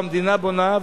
שהמדינה בונה,